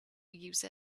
use